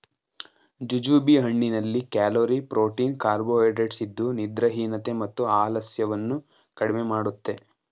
jujube ಹಣ್ಣಿನಲ್ಲಿ calorie, protein carbohydrates ಇದ್ದು ನಿದ್ರಾಹೀನತೆ ಮತ್ತು ಆಲಸ್ಯವನ್ನು ಕಡಿಮೆ ಮಾಡುತ್ತೆ